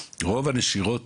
רוב הנשירות